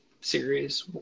series